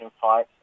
fight